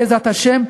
בעזרת השם,